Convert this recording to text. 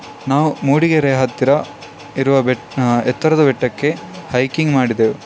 ನಾವು ಮೂಡಿಗೆರೆ ಹತ್ತಿರ ಇರುವ ಬೆಟ್ಟ ಎತ್ತರದ ಬೆಟ್ಟಕ್ಕೆ ಹೈಕಿಂಗ್ ಮಾಡಿದೆೆವು